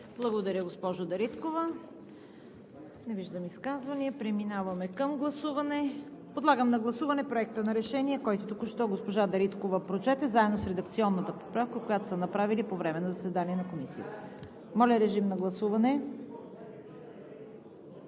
Благодаря, госпожо Дариткова. Не виждам изказвания. Преминаваме към гласуване. Подлагам на гласуване Проекта на решение, който току-що госпожа Дариткова прочете, заедно с редакционните поправки, които са направили по време на заседание на Комисията. Господин Кърчев?